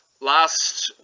last